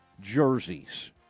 jerseys